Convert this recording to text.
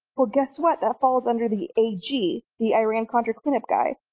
well guess what? that falls under the ag, the iran contra cleanup guy.